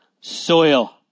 Soil